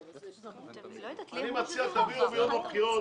אני מציע שתביאו גם העברות ביום הבחירות...